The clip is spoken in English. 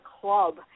club